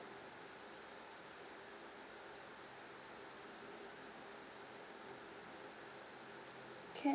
can